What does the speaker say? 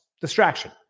distraction